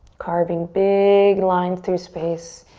carving big lines through space.